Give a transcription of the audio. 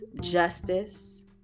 justice